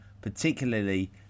particularly